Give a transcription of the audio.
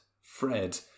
Fred